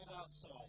outside